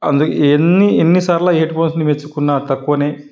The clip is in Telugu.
అందుక్ ఎన్ని ఎన్నిసార్లు హెడ్ఫోన్స్ని మెచ్చుకున్న తక్కువ